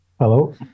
Hello